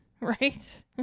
right